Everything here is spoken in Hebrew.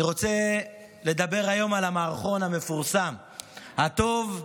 אני רוצה לדבר היום על המערבון המפורסם "הטוב,